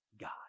God